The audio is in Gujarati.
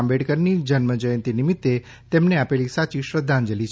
આંબેડકરની જન્મજયંતિ નિમિત્તે તેમને આપેલી સાચી શ્રદ્ધાંજલિ છે